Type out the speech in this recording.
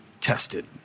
tested